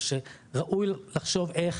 זה שראוי לחשוב איך